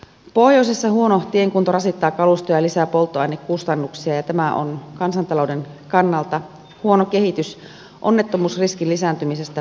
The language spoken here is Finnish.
pohjoisessa huono tien kunto rasittaa kalustoa ja lisää polttoainekustannuksia ja tämä on kansantalouden kannalta huono kehitys onnettomuusriskin lisääntymisestä puhumattakaan